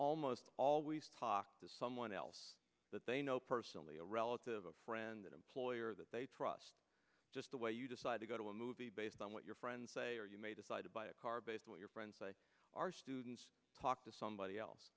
almost always talk to someone else that they know personally a relative a friend an employer that they trust just the way you decide to go to a movie based on what your friends say or you may decide to buy a car based on your friends are students talk to somebody else